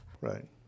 Right